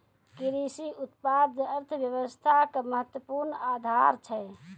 कृषि उत्पाद अर्थव्यवस्था के महत्वपूर्ण आधार छै